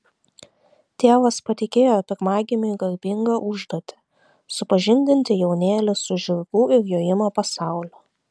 tėvas patikėjo pirmagimiui garbingą užduotį supažindinti jaunėlį su žirgų ir jojimo pasauliu